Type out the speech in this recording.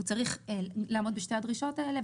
הוא צריך לעמוד בשתי הדרישות האלה,